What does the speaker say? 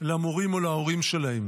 למורים או להורים שלהם.